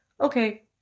Okay